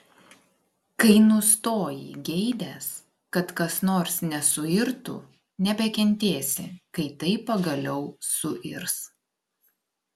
kai nustoji geidęs kad kas nors nesuirtų nebekentėsi kai tai pagaliau suirs